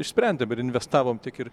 išsprendėm ir investavom tiek ir